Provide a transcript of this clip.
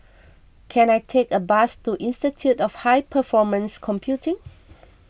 can I take a bus to Institute of High Performance Computing